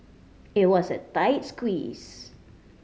it was a tight squeeze